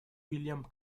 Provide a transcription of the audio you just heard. william